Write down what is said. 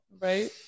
Right